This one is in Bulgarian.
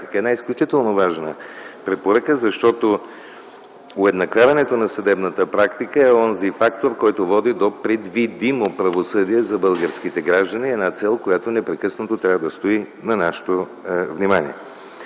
Една изключително важна препоръка, защото уеднаквяването на съдебната практика или онзи фактор, който води до предвидимо правосъдие за българските граждани – една цел, която непрекъснато трябва да стои на нашето внимание.